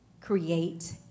create